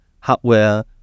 hardware